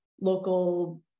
local